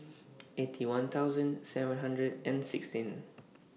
Eighty One thousand seven hundred and sixteen